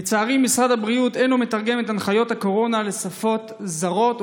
לצערי משרד הבריאות אינו מתרגם את הנחיות הקורונה לשפות זרות,